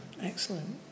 Excellent